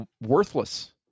Worthless